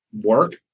work